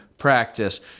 practice